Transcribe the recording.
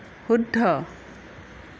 শুদ্ধ